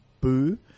boo